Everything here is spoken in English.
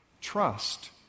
trust